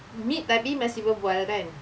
meet tapi masih berbual kan